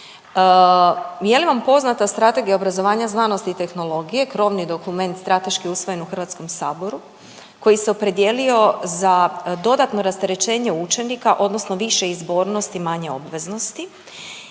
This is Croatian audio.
Je li vam poznata strategija obrazovanja, znanosti i tehnologije, krovni dokument strateški usvojen u Hrvatskom saboru, koji se opredijelio za dodatno rasterećenje učenika odnosno više izbornosti, manje obveznosti